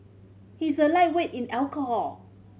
he is a lightweight in alcohol